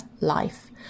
life